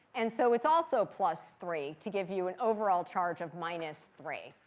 and so it's also plus three, to give you an overall charge of minus three.